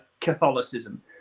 Catholicism